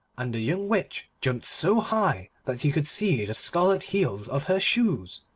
and the young witch jumped so high that he could see the scarlet heels of her shoes.